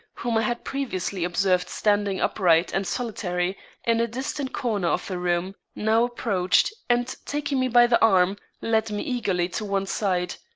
whom i had previously observed standing upright and solitary in a distant corner of the room, now approached, and taking me by the arm, led me eagerly to one side.